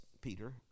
Peter